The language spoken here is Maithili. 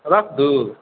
राखि दू